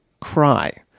cry